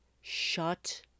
Shut